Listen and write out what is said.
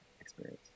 experience